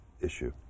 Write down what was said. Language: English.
issue